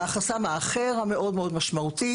החסם האחר המאוד-מאוד משמעותי